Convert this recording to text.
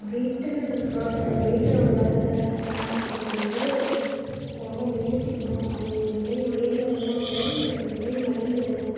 வீட்டில் நம்ம தோட்டத்தை வீட்டில் நம்ம தோட்டத்தை பராமரிக்கிறது வந்து ரொம்ப பெனிஃபிட்டு தான் அது விலை உயர்ந்ததுலாம் இல்லை விலை மலிந்ததுதான்